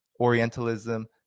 Orientalism